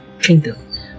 kingdom